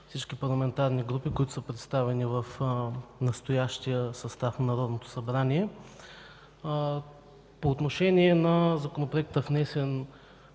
всички парламентарни групи, представени в настоящия състав на Народното събрание. По отношение на Законопроекта, внесен